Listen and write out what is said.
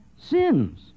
sins